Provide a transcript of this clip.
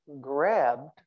grabbed